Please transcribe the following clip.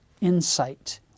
insight